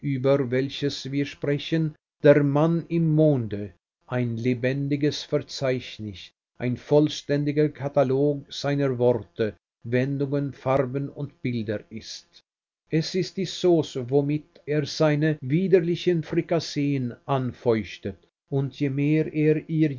welches wir sprechen der mann im monde ein lebendiges verzeichnis ein vollständiger katalog seiner worte wendungen farben und bilder ist es ist die sauce womit er seine widerlichen frikasseen anfeuchtet und je mehr er ihr